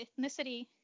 ethnicity